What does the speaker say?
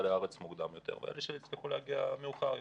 לארץ מוקדם יותר ואלה שהצליחו להגיע מאוחר יותר.